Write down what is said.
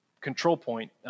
control-point